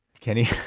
Kenny